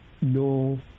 no